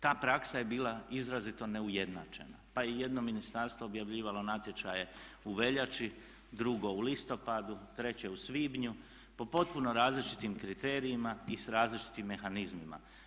Ta praksa je bila izrazito neujednačena pa je jedno ministarstvo objavljivalo natječaje u veljači, drugo u listopadu, treće u svibnju po potpuno različitim kriterijima i s različitim mehanizmima.